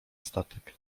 statek